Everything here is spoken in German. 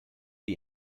die